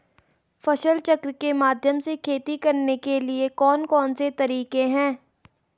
फसल चक्र के माध्यम से खेती करने के लिए कौन कौन से तरीके हैं?